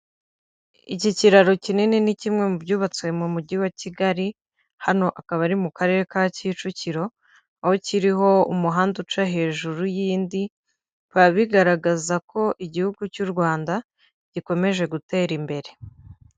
Iki kiraro kinini ni kimwe mu byubatswe mu Mujyi wa Kigali, hano akaba ari mu Karere ka Kicukiro, aho kiriho umuhanda uca hejuru y'indi, bikaba bigaragaza ko igihugu cy'u Rwanda gikomeje gutera imbere.